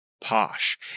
posh